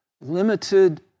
limited